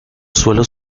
suelos